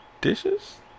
dishes